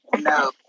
No